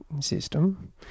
system